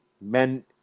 men